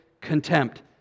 contempt